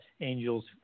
angels